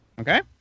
Okay